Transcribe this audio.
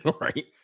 Right